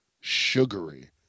sugary